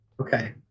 Okay